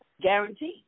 Guaranteed